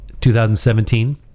2017